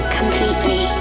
completely